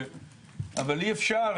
אבל אי-אפשר,